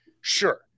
Sure